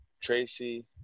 Tracy